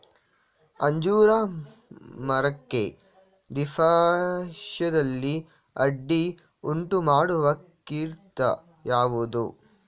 ಅಂಜೂರ ಮರಕ್ಕೆ ದೀರ್ಘಾಯುಷ್ಯದಲ್ಲಿ ಅಡ್ಡಿ ಉಂಟು ಮಾಡುವ ಕೀಟ ಯಾವುದು?